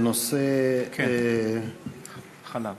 בנושא, החלב.